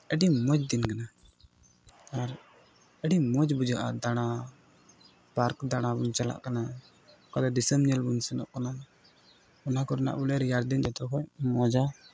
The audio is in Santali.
ᱟᱹᱰᱤ ᱢᱚᱡᱽ ᱫᱤᱱ ᱠᱟᱱᱟ ᱟᱨ ᱟᱹᱰᱤ ᱢᱚᱡᱽ ᱵᱩᱡᱷᱟᱹᱜᱼᱟ ᱫᱟᱬᱟ ᱯᱟᱨᱠ ᱫᱟᱬᱟ ᱵᱚᱱ ᱪᱟᱞᱟᱜ ᱠᱟᱱᱟ ᱚᱠᱟᱨᱮ ᱫᱤᱥᱚᱢ ᱧᱮᱞ ᱵᱚᱱ ᱥᱮᱱᱚᱜ ᱠᱟᱱᱟ ᱚᱱᱟ ᱠᱚᱨᱮᱱᱟᱜ ᱵᱚᱞᱮ ᱨᱮᱭᱟᱲ ᱫᱤᱱ ᱡᱚᱛᱚ ᱠᱷᱚᱱ ᱢᱚᱡᱟ